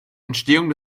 entstehung